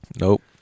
Nope